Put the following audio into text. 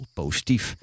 positief